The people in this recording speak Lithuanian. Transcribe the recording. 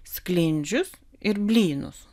sklindžius ir blynus